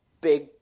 big